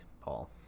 Paul